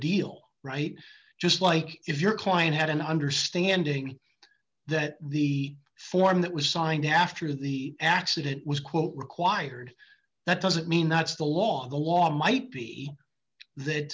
deal right just like if your client had an understanding that the form that was signed after the accident was quote required that doesn't mean that's the law the law might be that